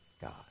God